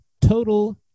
Total